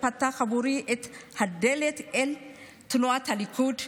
שפתח עבורי את הדלת אל תנועת הליכוד,